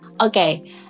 Okay